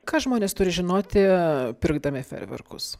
ką žmonės turi žinoti pirkdami fejerverkus